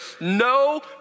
no